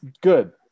good